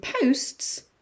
posts